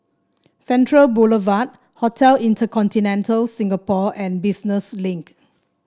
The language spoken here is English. Central Boulevard Hotel InterContinental Singapore and Business Link